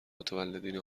متولدین